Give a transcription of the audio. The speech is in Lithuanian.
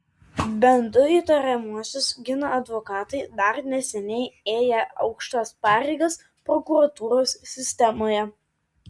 bent du įtariamuosius gina advokatai dar neseniai ėję aukštas pareigas prokuratūros sistemoje